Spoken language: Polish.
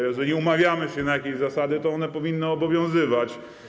Jeżeli umawiamy się na jakieś zasady, to one powinny obowiązywać.